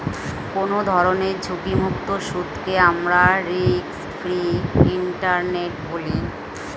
কোনো ধরনের ঝুঁকিমুক্ত সুদকে আমরা রিস্ক ফ্রি ইন্টারেস্ট বলি